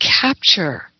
capture